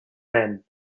then